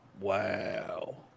Wow